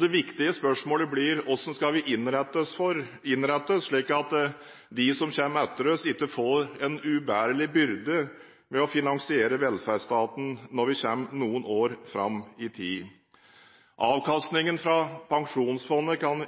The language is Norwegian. Det viktige spørsmålet blir: Hvordan skal vi innrette oss slik at de som kommer etter oss, ikke får en ubærlig byrde med å finansiere velferdsstaten når vi kommer noen år fram i tid? Avkastningen fra Pensjonsfondet kan